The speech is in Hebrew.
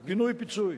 פינוי-פיצוי.